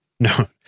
No